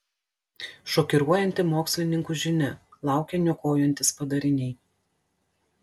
šokiruojanti mokslininkų žinia laukia niokojantys padariniai